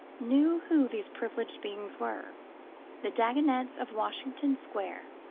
knew who these privileged beings were the dagonets of washington square,